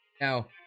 now